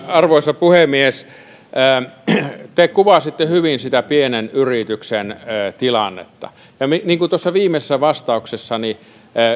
arvoisa puhemies te kuvasitte hyvin sitä pienen yrityksen tilannetta niin kuin tuossa viimeisessä vastauksessani